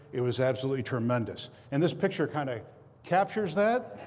it was absolutely tremendous. and this picture kind of captures that.